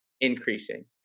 increasing